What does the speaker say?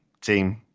team